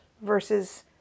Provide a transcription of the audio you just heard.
versus